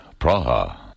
Praha